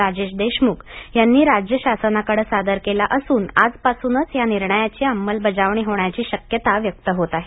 राजेश देशमुख यांनी राज्य शासनाकडं सादर केला असून आज पासूनच या निर्णयाची अंमलबजावणी होण्याची शक्यता व्यक्त होत आहे